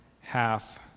half